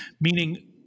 meaning